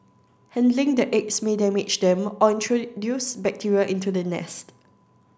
handling the eggs may damage them or introduce bacteria into the nest